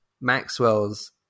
Maxwell's